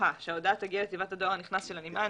גבוהה שההודעה תגיע לתיבת הדואר הנכנס של הנמען,